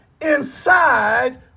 inside